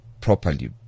properly